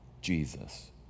Jesus